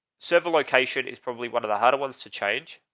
several location is probably one of the harder ones to change.